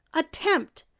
attempt,